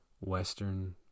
Western